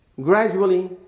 Gradually